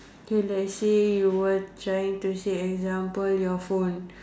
so let's say you were trying to say example your phone